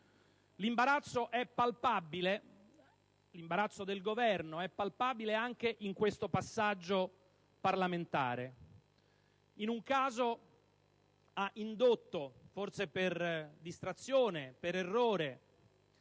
L'imbarazzo del Governo è palpabile anche in questo passaggio parlamentare. In un caso ha indotto, forse per distrazione o per errore,